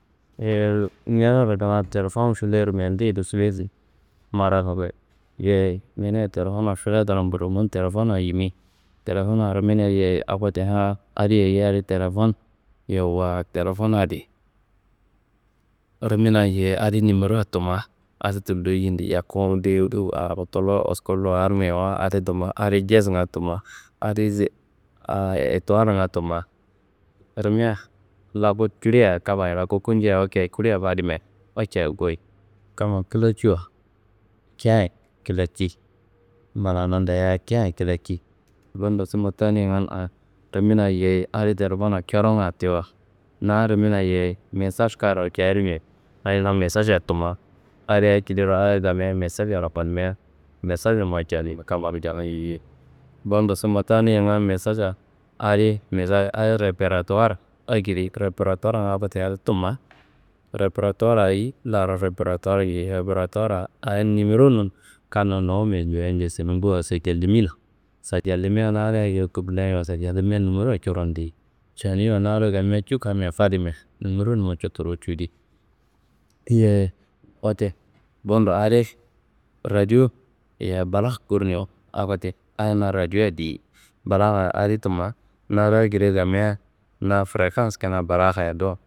ñenero kina telefon filermia ndeye do maradu koyi, yeyi ñeneya telefomma fileturwa mbronun telefonna yimi. Telefomma rimina yeyi akoti han adi ayi? Adi telefon, yowuwa telefonna adi rimina yeyi adi nimera tumma adi tullo, yindi, yaku, dewu dewu, uwu, araku, tulur, wusku, luwar, mewu adi tumma. Adi jesnga tumma, adi ze aa etuwal tumma rimia. Laku culia kammayi laku gunjia oke kilia fadimia, oke koyi, kammayi kilanjiwa keyeyayi kelaci, mananon dayia keyeyayi kelaci. Bundo summa taniyangan a rimia yeyi adi telefonna coronga tiwo na adi rimina yeyi mesaš kan do jarmi adi na mesaša tumma. Adi akediro adi kamia mesašaro konmia masašnumma januyi kammaro janun yiyi. Bundo summa taniyangan mesaša adi misan adi reperatuwar akedi, reperatuwarnga akoti adi tumma. Reperatuwarra ayi larro reperatuwar yiyi? Reperatuwarra a nimeronun kannun nowome diyia ngesnumbowa sajillimino. Sajillimia na adi akedo kup lenimi sajallimia nimero coron deyi, canuyiwa na ado kamia cu kammia fadimia nimeronumma cuttuluwu cuwudi. Yeyi, wote bundo adi radiwo, yeyi balakh kurnuyiwa akoti adi na radiwo adi, balakha adi tumma nangu akedia kamia na frekans kina balakha dowo.